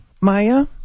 Maya